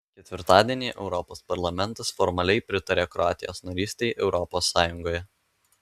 ketvirtadienį europos parlamentas formaliai pritarė kroatijos narystei europos sąjungoje